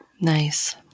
Nice